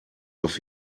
auf